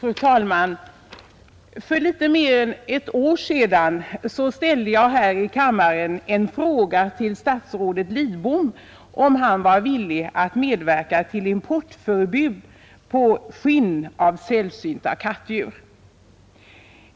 Fru talman! För litet mer än ett år sedan ställde jag i andra kammaren en fråga till statsrådet Lidbom om han var villig att medverka till importförbud på skinn av sällsynta kattdjur.